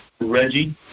Reggie